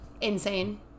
insane